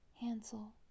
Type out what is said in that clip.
Hansel